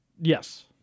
Yes